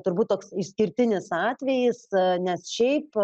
turbūt toks išskirtinis atvejis nes šiaip